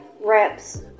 reps